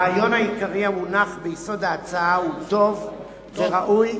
הרעיון העיקרי המונח ביסוד ההצעה הוא טוב וראוי,